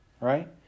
right